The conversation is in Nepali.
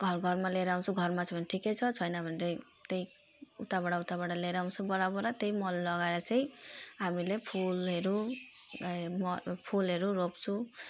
घर घरमा लिएर आउँछु घरमा छ भने ठिकै छ छैन भनेदेखि त्यही उताबाट उताबाट लिएर आउँछु बोरा बोरा त्यही मल लगाएर चाहिँ हामीले फुलहरू गाई फुलहरू रोप्छौँ